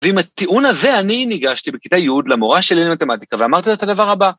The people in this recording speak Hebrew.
ועם הטיעון הזה אני ניגשתי בכיתה י' למורה שלי למתמטיקה ואמרתי לו את הדבר הבא: